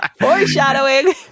foreshadowing